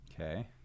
Okay